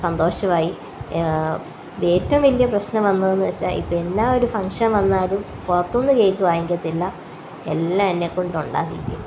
സന്തോഷമായി ഏറ്റവും വലിയ പ്രശ്നം വന്നതെന്ന് വെച്ചാൽ ഇപ്പോൾ എന്നാൽ ഒരു ഫങ്ഷൻ വന്നാലും പുറത്ത് നിന്ന് കേക്ക് വാങ്ങിക്കത്തില്ല എല്ലാം എന്നെ കൊണ്ട് ഉണ്ടാക്കിക്കും